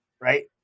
Right